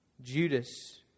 Judas